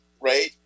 right